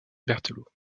berthelot